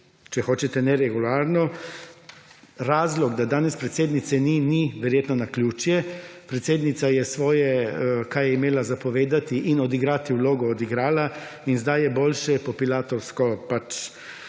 če hočete, neregularno. Razlog, da danes predsednice ni, ni verjetno naključje. Predsednica je svoje, kaj imela za povedati in odigrati vlogo, odigrala in zdaj je boljše po pilatovsko pač